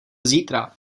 zítra